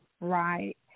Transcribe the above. Right